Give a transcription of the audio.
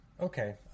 okay